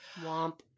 Womp